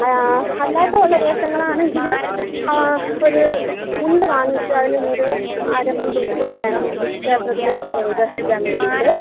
അല്ലാത്തുള്ള വേഷങ്ങളാണെങ്കിൽ ഒരു മുണ്ട് വാങ്ങിക്കുക അതിനുമീതെ അരമുണ്ടുടുത്തിട്ട് വേണം ക്ഷേത്രത്തിൽ ദർശിക്കാൻ വേണ്ടിയിട്ട്